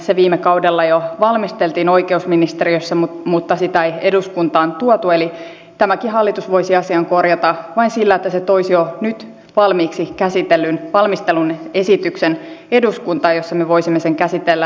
se viime vaalikaudella jo valmisteltiin oikeusministeriössä mutta sitä ei eduskuntaan tuotu eli tämäkin hallitus voisi asian korjata vain sillä että se toisi jo nyt valmiiksi valmistellun esityksen eduskuntaan jossa me voisimme sen käsitellä